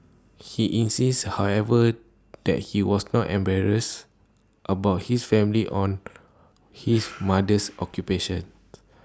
he insists however that he was not embarrassed about his family on his mother's occupation